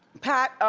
pat,